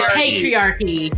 patriarchy